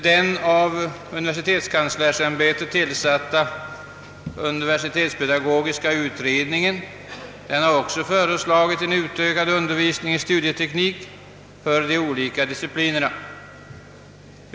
Den av universitetskanslersämbetet tillsatta universitetspedagogiska utredningen har också föreslagit en utökad undervisning i studieteknik för de olika disciplinerna.